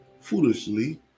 foolishly